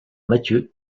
matthieu